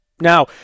Now